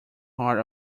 heart